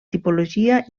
tipologia